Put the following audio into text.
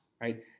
right